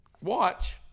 Watch